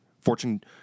Fortune